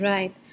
Right